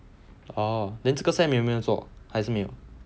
oh then 这个 sem 你有没有做还是没有